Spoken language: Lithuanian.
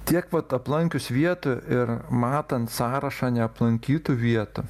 tiek vat aplankius vietų ir matant sąrašą neaplankytų vietų